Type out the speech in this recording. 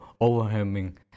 overwhelming